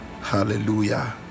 hallelujah